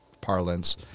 parlance